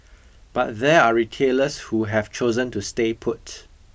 but there are retailers who have chosen to stay put